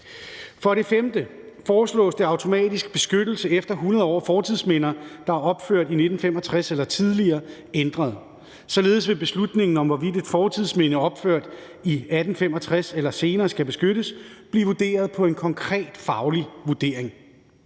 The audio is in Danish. For det femte foreslås den automatiske beskyttelse i 100 år af fortidsminder, der er opført i 1865 eller senere, ændret. Således vil beslutningen om, hvorvidt et fortidsminde opført i 1865 eller senere skal beskyttes, blive baseret på en konkret faglig vurdering.